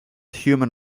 human